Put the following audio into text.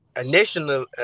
initially